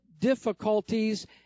difficulties